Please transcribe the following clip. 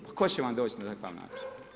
Pa tko će vam doć na takav način.